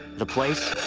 the place,